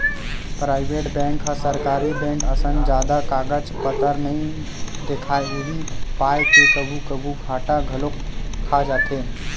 private bank ह सरकारी bank असन जादा कागज पतर नइ देखय उही पाय के कभू कभू घाटा घलोक खा जाथे